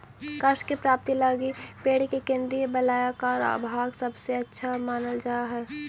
काष्ठ के प्राप्ति लगी पेड़ के केन्द्रीय वलयाकार भाग सबसे अच्छा मानल जा हई